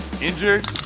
Injured